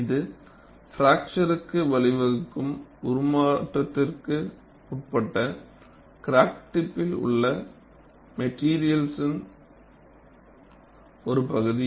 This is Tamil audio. இது பிராக்சர்க்கு வழிவகுக்கும் உருமாற்றத்திற்கு உட்பட்ட கிராக் டிப்பில் உள்ள மெட்டீரியலின் ஒரு பகுதி